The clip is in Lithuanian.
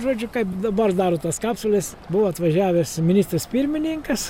žodžiu kaip dabar daro tos kapsules buvo atvažiavęs ministras pirmininkas